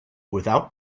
without